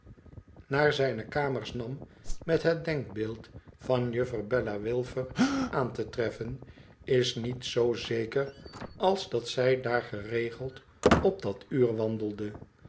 naar zijne kamers nam met het denkbeeld van juffer bella wilfer aan te treffen is niet z zeker als dat zij daar geregeld op dat uur wandelde